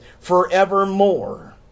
forevermore